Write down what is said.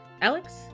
Alex